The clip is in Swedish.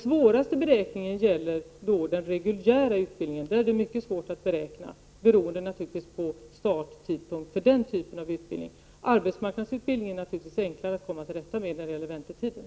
Svårast att beräkna är väntetiden till reguljär utbildning. Den är mycket svår att beräkna, beroende på starttidpunkt för den typen av utbildning. Arbetsmarknadsutbildning är naturligtvis enklare att komma till rätta med när det gäller väntetiden.